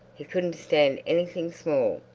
he couldn't stand anything small.